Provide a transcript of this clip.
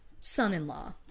son-in-law